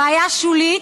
בעיה שולית,